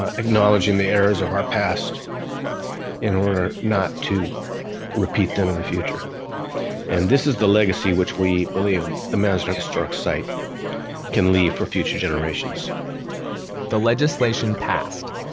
ah acknowledging the errors of our past in order not to repeat them in the future and this is the legacy which we believe the manzanar historic site can leave for future generations the legislation passed.